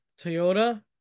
Toyota